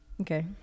Okay